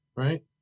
right